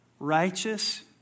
Righteous